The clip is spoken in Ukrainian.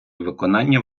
виконання